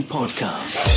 Podcast